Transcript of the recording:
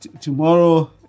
tomorrow